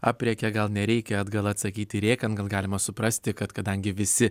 aprėkė gal nereikia atgal atsakyti rėkiant kad galima suprasti kad kadangi visi